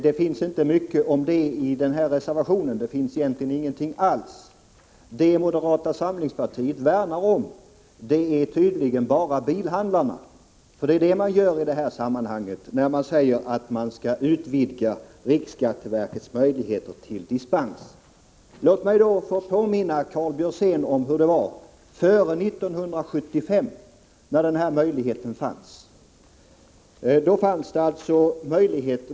Det finns inte mycket om det i reservationen — egentligen ingenting alls. Det som moderata samlingspartiet värnar om är tydligen bara bilhandeln. Det är det ni gör i det här sammanhanget, när ni säger att riksskatteverkets möjligheter till dispens skall utvidgas. Låt mig få påminna Karl Björzén om hur det var före 1975, när den här möjligheten fanns.